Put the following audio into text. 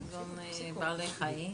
מזון לבעלי חיים?